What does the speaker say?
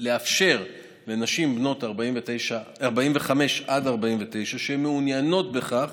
לאפשר לנשים בנות 45 49 שמעוניינות בכך